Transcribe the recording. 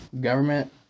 government